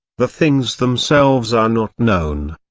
the things themselves are not known.